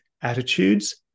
Attitudes